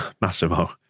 Massimo